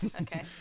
Okay